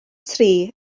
tri